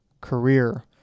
career